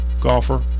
golfer